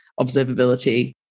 observability